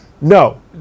no